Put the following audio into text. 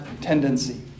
tendency